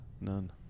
none